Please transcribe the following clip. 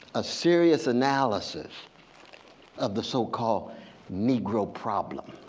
a serious analysis of the so-called negro problem,